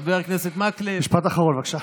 חבר הכנסת מקלב, משפט אחרון, בבקשה.